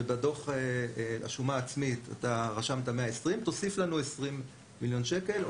ובדוח השומה העצמית רשמת 120 תוסיף לנו 20 מיליון שקל,